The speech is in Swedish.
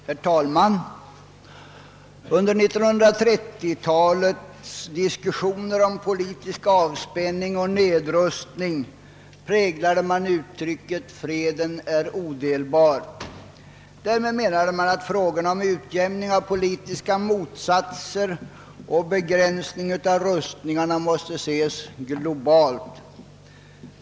Herr talman! Under 1930-talets diskussioner om politisk avspänning och nedrustning präglade man uttrycket »freden är odelbar». Därmed menade man att frågorna om utjämning av politiska motsatser och begränsning av rustningarna måste ses globalt.